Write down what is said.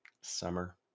summer